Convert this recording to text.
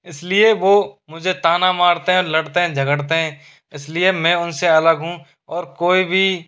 इसलिए वो मुझे ताना मारते हैं लड़ते हैं झगड़तें हैं इसलिए मैं उनसे अलग हूँ और कोई भी